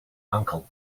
uncle